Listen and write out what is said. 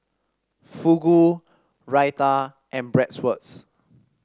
Fugu Raita and Bratwurst